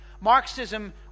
Marxism